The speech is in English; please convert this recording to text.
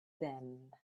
them